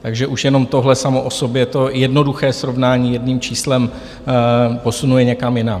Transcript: Takže už jenom tohle samo o sobě to jednoduché srovnání jedním číslem posunuje někam jinam.